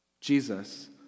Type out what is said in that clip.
Jesus